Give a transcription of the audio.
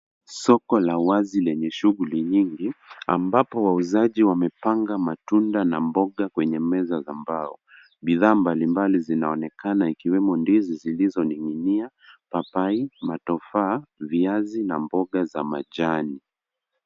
Soko la wazi lenye shughuli nyingi, ambapo wauzaji wamepanga matunda na mboga kwenye meza za mbao. Bidhaa mbalimbali zinaonekana ikiwemo ndizi zilizoning'inia, papai, matofaa, viazi, na mboga za majani.